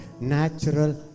Natural